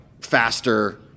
faster